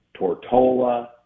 Tortola